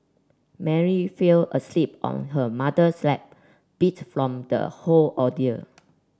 Mary fell asleep on her mother's lap beat from the whole ordeal